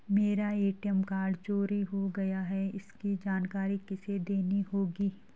मेरा ATM card चोरी हो गया है इसकी जानकारी किसे देनी होगी?